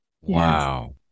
Wow